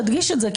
תדגיש את זה,